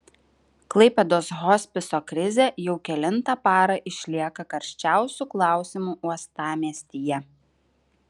klaipėdos hospiso krizė jau kelintą parą išlieka karščiausiu klausimu uostamiestyje